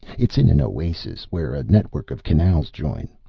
it's in an oasis where a network of canals join.